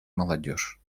молодежь